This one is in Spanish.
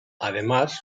además